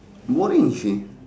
boring seh